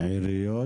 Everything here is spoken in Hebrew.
עיריות,